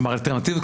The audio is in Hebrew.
כלומר האלטרנטיבה,